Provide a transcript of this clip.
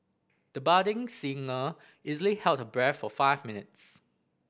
the budding singer easily held her breath for five minutes